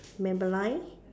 Maybelline